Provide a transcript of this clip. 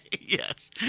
Yes